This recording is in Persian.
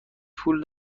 پول